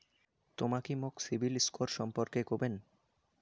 তমা কি মোক সিবিল স্কোর সম্পর্কে কবেন?